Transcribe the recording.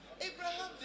Abraham